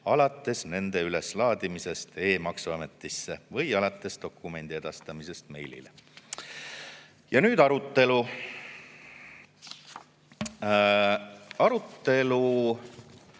alates nende üleslaadimisest e-maksuametisse või alates dokumendi edastamisest meilile. Ja nüüd arutelu. Arutelu